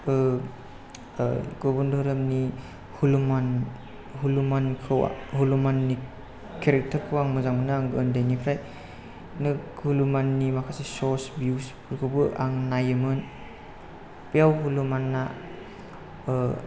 गुबुन धोरोमनि हुनुमान हुलुमानखौ हुनुमाननि खेरेक्टारखौ आं मोजां मोनो आं उन्दैफ्राय नो हुलुमाननि माखासे सस बिउफोरखौबो आं नायोमोन बेयाव हुनुमानआ